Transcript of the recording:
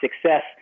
success